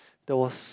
there was